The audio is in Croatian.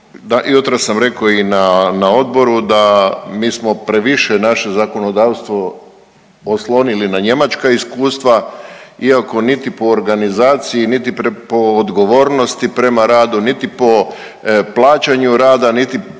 jutros sam rekao i na odboru da mi smo previše naše zakonodavstvo oslonili na njemačka iskustva, iako niti po organizaciji, niti po odgovornosti prema radu, niti po plaćanju rada, niti po